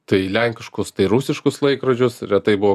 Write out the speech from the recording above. tai lenkiškus tai rusiškus laikrodžius retai buvo